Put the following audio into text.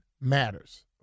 Matters